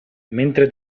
mentre